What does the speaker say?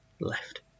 left